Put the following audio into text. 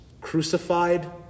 crucified